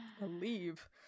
Leave